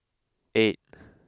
eight